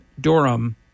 Durham